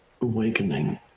awakening